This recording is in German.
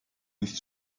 nicht